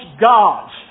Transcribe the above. gods